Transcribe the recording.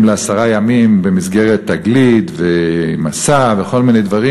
לעשרה ימים במסגרת "תגלית" ו"מסע" וכל מיני דברים.